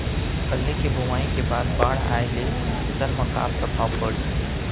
फल्ली के बोआई के बाद बाढ़ आये ले फसल मा का प्रभाव पड़ही?